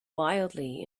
wildly